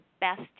best